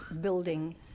building